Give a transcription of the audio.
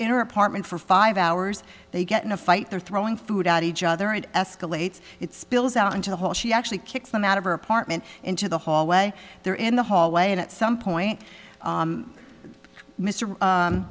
her apartment for five hours they get in a fight they're throwing food at each other it escalates it spills out into the hall she actually kicks them out of her apartment into the hallway there in the hallway and at some point